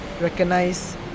recognize